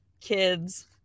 kids